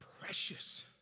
precious